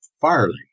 Farley